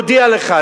אני מודיע לך,